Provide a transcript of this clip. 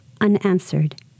unanswered